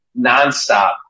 nonstop